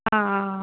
ஆ ஆ ஆ